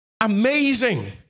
amazing